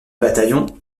bataillon